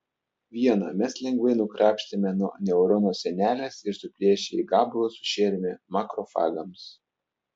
vieną mes lengvai nukrapštėme nuo neurono sienelės ir suplėšę į gabalus sušėrėme makrofagams